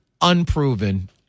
unproven